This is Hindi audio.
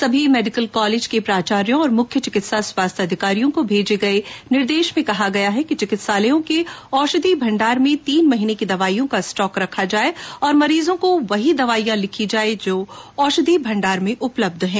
सभी मेडिकल कॉलेजों के प्राचार्य और मुख्य चिकित्सा स्वास्थ्य अधिकारियों को भेज गये निर्देश में कहा गया है कि चिकित्सालयों के औषधी भण्डार में तीन महीने की दवाइयों का स्टॉक रखा जाये और मरीजों को वही दवाइयां लिखी जायें जो औषधी भण्डार में उपलब्ध हैं